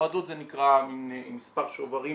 הועדות זה נקרא מספר שוברים